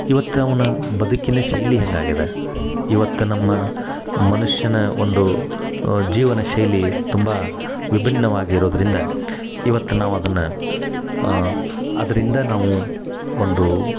ಇವತ್ತು ಅವ್ನ ಬದುಕಿನ ಶೈಲಿ ಹೇಗಾಗ್ಯದ ಇವತ್ತು ನಮ್ಮ ಮನುಷ್ಯನ ಒಂದು ಜೀವನಶೈಲಿ ತುಂಬ ವಿಭಿನ್ನವಾಗಿರೋದರಿಂದ ಇವತ್ತು ನಾವು ಅದನ್ನು ಅದರಿಂದ ನಾವು ಒಂದು